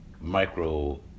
micro